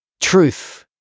truth